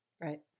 Right